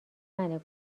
منه